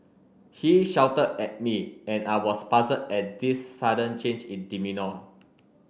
he shouted at me and I was puzzled at this sudden change in demeanour